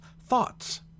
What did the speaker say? thoughts